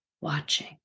watching